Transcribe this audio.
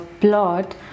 plot